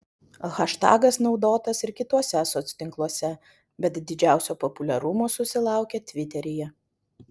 haštagas naudotas ir kituose soctinkluose bet didžiausio populiarumo susilaukė tviteryje